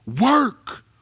work